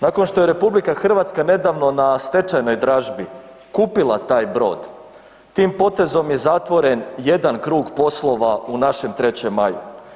Nakon što je RH nedavno na stečajnoj dražbi kupila taj brod tim potezom je zatvoren jedan krug poslova u našem 3. Maju.